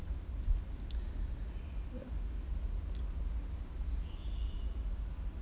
ya